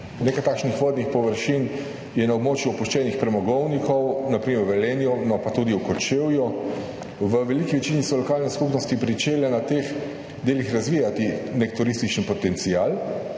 Nekaj takšnih vodnih površin je na območju opuščenih premogovnikov, na primer v Velenju, pa tudi v Kočevju. V veliki večini so lokalne skupnosti pričele na teh delih razvijati nek turistični potencial